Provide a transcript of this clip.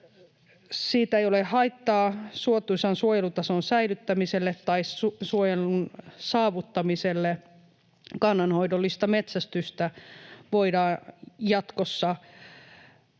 siitä ei ole haittaa suotuisan suojelutason säilyttämiselle tai suojelun saavuttamiselle, kannanhoidollista metsästystä voidaan jatkossa